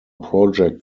project